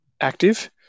active